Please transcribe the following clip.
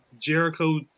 Jericho